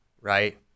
right